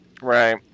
Right